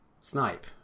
Snipe